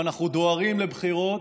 ואנחנו דוהרים לבחירות,